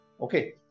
Okay